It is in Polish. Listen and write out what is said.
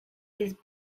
jest